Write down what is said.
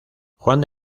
juan